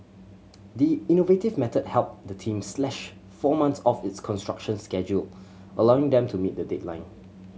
the innovative method helped the team slash four months off its construction schedule allowing them to meet the deadline